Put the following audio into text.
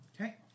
Okay